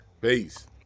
Peace